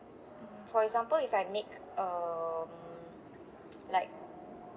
mm for example if I make um like